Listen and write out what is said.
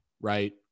right